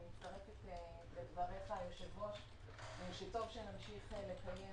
אני מצטרפת לדבריך, היושב-ראש, טוב שנמשיך לקיים